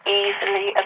easily